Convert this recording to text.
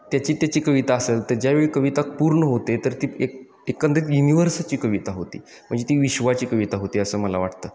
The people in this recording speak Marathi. त्याची त्याची कविता असंल तर ज्यावेळी कविता पूर्ण होते तर ती एक एकंद युनिवर्सची कविता होती म्हणजे ती विश्वाची कविता होती असं मला वाटतं